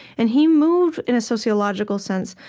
and he moved, in a sociological sense,